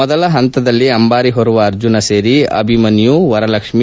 ಮೊದಲ ಪಂತದಲ್ಲಿ ಅಂಬಾರಿ ಹೊರುವ ಅರ್ಜುನ ಸೇರಿ ಅಭಿಮನ್ನು ವರಲಕ್ಷಿ